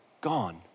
gone